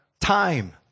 time